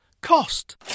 cost